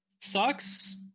sucks